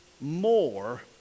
more